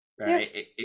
Right